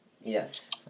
yes